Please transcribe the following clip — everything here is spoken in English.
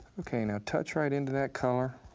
okay, now touch right into that color